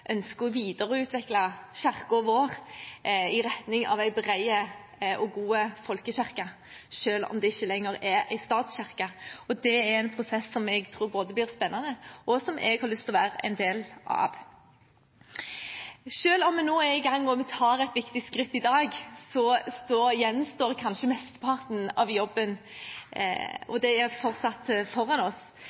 ønsker å videreutvikle kirken vår i retning av en bred og god folkekirke, selv om det ikke lenger er en statskirke. Det er en prosess som jeg tror blir spennende, og som jeg har lyst å være en del av. Selv om vi nå er i gang og tar et viktig skritt i dag, gjenstår kanskje mesteparten av jobben, og den ligger fortsatt foran oss.